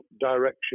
direction